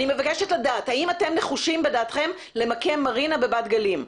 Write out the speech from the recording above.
אני מבקשת לדעת האם אתם נחושים בדעתכם למקם מרינה בבת גלים.